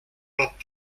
but